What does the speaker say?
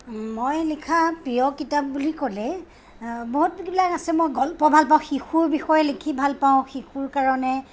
মই লিখা প্ৰিয় কিতাপ বুলি ক'লে বহুতবিলাক আছে মই গল্প ভালপাওঁ শিশুৰ বিষয়ে লিখি ভালপাওঁ শিশুৰ কাৰণে